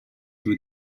with